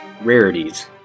Rarities